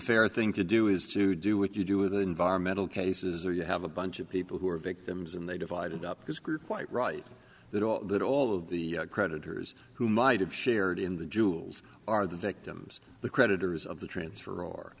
fair thing to do is to do what you do with environmental cases where you have a bunch of people who are victims and they divided up his group quite right that all that all of the creditors who might have shared in the jewels are the victims the creditors of the transfer